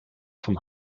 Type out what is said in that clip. vom